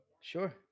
Sure